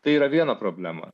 tai yra viena problema